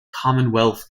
commonwealth